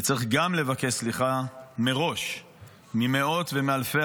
וצריך גם לבקש סליחה מראש ממאות ואלפי